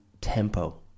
tempo